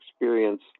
experience